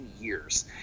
years